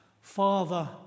Father